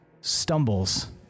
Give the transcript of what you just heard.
stumbles